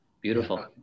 Beautiful